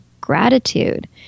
gratitude